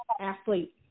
athlete